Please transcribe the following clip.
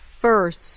First